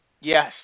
Yes